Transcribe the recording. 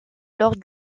lors